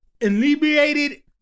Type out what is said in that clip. inebriated